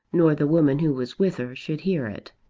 nor the woman who was with her should hear it.